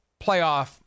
playoff